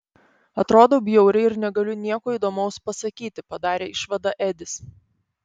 atrodau bjauriai ir negaliu nieko įdomaus pasakyti padarė išvadą edis